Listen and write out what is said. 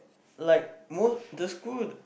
like the school